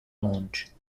launch